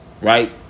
Right